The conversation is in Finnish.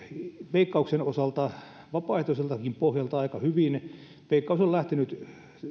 veikkauksen osalta vapaaehtoiseltakin pohjalta aika hyvin veikkaus on lähtenyt